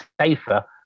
safer